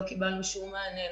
לא קיבלנו שום מענה,